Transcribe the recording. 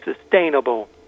sustainable